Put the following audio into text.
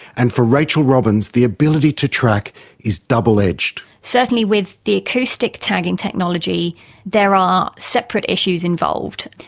and for rachel robbins, the ability to track is double-edged. certainly with the acoustic tagging technology there are separate issues involved.